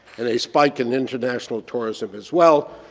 and a spike in international tourism as well.